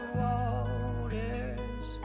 waters